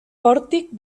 pòrtic